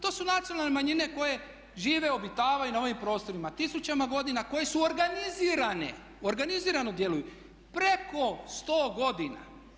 To su nacionalne manjine koje žive, obitavaju na ovim prostorima tisućama godina koje su organizirane, organizirano djeluju preko 100 godina.